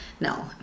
no